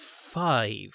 five